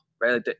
Right